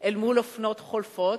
אל מול אופנות חולפות,